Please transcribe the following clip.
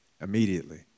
Immediately